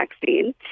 vaccine